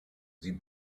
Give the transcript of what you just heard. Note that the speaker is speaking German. sie